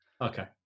Okay